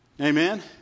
Amen